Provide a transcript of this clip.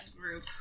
group